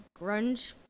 grunge